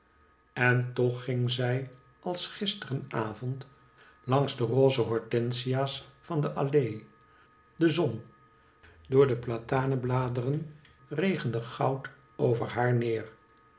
en toch ging zij als gisteren avond langs de roze hortensia's van de allee de zon door de platanenbladeren regende goud over haar neer